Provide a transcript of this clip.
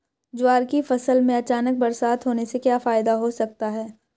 ज्वार की फसल में अचानक बरसात होने से क्या फायदा हो सकता है?